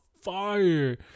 fire